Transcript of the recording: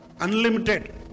Unlimited